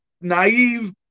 naive